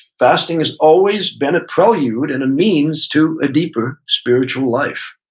fasting has always been a prelude and a means to a deeper spiritual life.